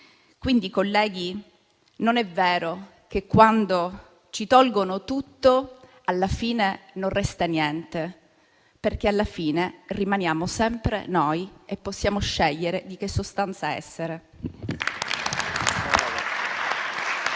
essere. Colleghi, non è vero che quando ci tolgono tutto alla fine non resta niente, perché, alla fine, rimaniamo sempre noi e possiamo scegliere di che sostanza essere.